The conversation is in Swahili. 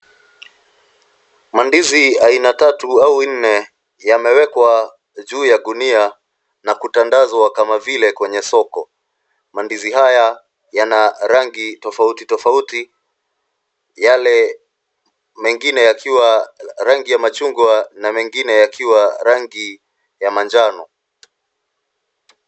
Ndizi aina tatu au nne yamewekwa juu ya gunia na kutandazwa vile kwenye soko. Ndizi hizi zina rangi tofauti tofauti, zile zikiwa za rangi ya machungwa na zingine zikiwa za rangi ya manjano.